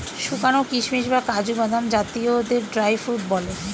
শুকানো কিশমিশ বা কাজু বাদাম জাতীয়দের ড্রাই ফ্রুট বলে